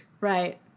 Right